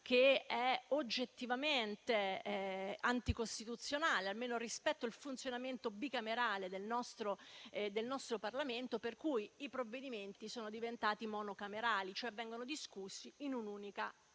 che è oggettivamente anticostituzionale, almeno rispetto al funzionamento bicamerale del nostro Parlamento, per cui i provvedimenti sono diventati monocamerali, e cioè vengono discussi in un'unica Aula.